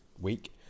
week